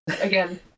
again